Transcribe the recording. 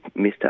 Mr